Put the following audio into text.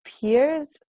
peers